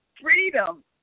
freedom